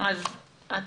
שאני צריך